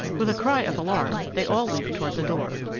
with a cry of alarm, they all leaped toward the door,